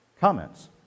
comments